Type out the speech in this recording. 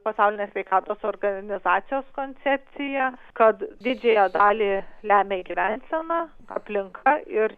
pasaulinė sveikatos organizacijos koncepcija kad didžiąją dalį lemia gyvensena aplinka ir